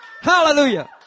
Hallelujah